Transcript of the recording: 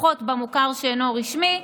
פחות במוכר שאינו רשמי,